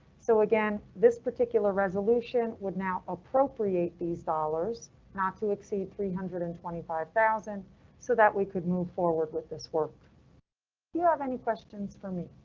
so again, this particular resolution would now appropriate. these dollars not to exceed three hundred and twenty five thousand so that we could move forward with this work. do you have any questions for me?